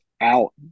out